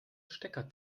stecker